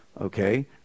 Okay